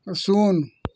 ଶୂନ